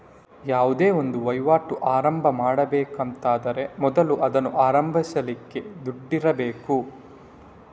ಯಾವುದೇ ಒಂದು ವೈವಾಟು ಆರಂಭ ಮಾಡ್ಬೇಕು ಅಂತ ಆದ್ರೆ ಮೊದಲು ಅದನ್ನ ಆರಂಭಿಸ್ಲಿಕ್ಕೆ ದುಡ್ಡಿರ್ಬೇಕು